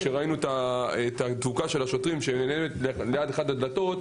כשראינו את המצוקה של השוטרים ליד אחת הדלתות,